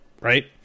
right